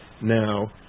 now